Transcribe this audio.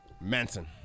Manson